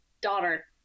daughter